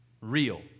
Real